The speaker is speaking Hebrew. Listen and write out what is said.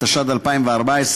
התשע"ד 2014,